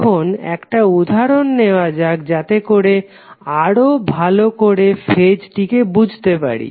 এখন একটা উদাহরণ নেওয়া যাক যাতেকরে আরও ভালো করে ফেজ টিকে বুঝেতে পারি